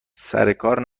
سرکار